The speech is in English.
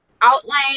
outline